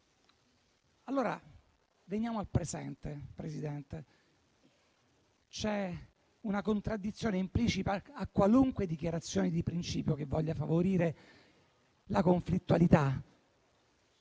veniamo al presente. C'è una contraddizione implicita in qualunque dichiarazione di principio che voglia favorire la conflittualità.